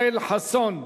8505,